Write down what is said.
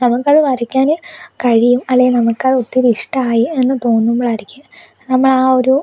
നമുക്ക് അത് വരക്കാൻ കഴിയും അല്ലെങ്കിൽ നമുക്ക് ഒത്തിരി ഇഷ്ടമായി എന്ന് തോന്നുമ്പോഴായിരിക്കും നമ്മൾ ആ ഒരു